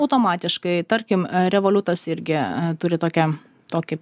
automatiškai tarkim revoliutas irgi turi tokią tokį